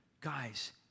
guys